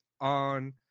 on